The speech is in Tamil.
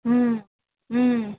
ம் ம்